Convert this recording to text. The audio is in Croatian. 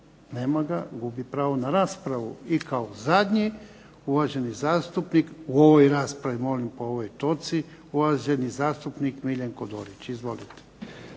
Nema ga, gubi pravo na raspravu. I kao zadnji uvaženi zastupnik, u ovoj raspravi molim, po ovoj točci, uvaženi zastupnik Miljenko Dorić. Izvolite.